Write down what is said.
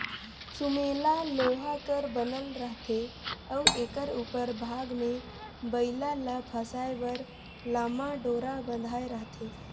सुमेला लोहा कर बनल रहथे अउ एकर उपर भाग मे बइला ल फसाए बर लम्मा डोरा बंधाए रहथे